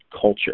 culture